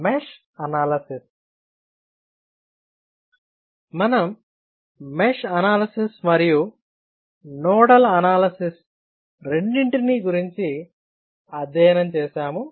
మనం mesh analysis మరియు nodal analysis రెండింటినీ గురించి అధ్యయనం చేసాము